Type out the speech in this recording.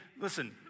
listen